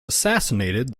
assassinated